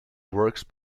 works